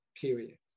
period